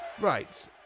Right